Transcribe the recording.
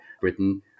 Britain